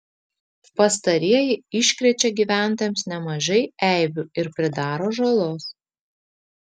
pastarieji iškrečia gyventojams nemažai eibių ir pridaro žalos